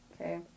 Okay